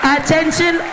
Attention